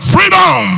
Freedom